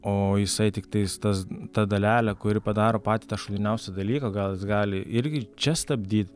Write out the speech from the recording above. o jisai tiktai tas ta dalelė kuri padaro patį tą šūdiniausią dalyką gal jis gali irgi čia stabdyt